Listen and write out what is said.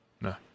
No